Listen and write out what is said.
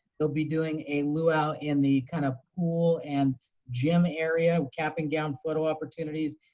they'll be doing a luau in the kind of pool and gym area, cap and gown photo opportunities,